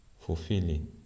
fulfilling